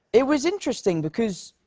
it was interesting because